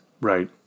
Right